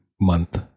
month